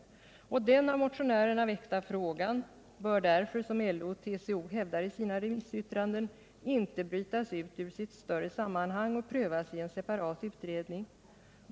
Den av motionärerna väckta frågan bör därför, som LO och TCO hävdar i sina remissyttranden, inte brytas ut ur silt större sammanhang och prövas i en separat utredning.